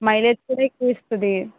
mileage కూడా ఎక్కువ ఇస్తుంది